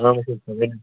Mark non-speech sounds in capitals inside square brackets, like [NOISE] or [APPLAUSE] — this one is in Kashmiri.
[UNINTELLIGIBLE]